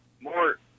More